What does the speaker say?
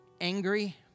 angry